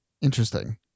Interesting